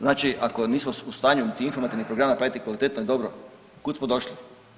Znači ako nismo u stanju niti informativne programe napraviti kvalitetno i dobro kud smo došli?